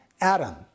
Adam